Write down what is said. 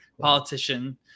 politician